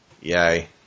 Yay